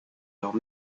leurs